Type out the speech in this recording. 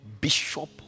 Bishop